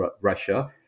Russia